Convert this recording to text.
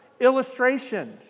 illustrations